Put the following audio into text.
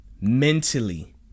mentally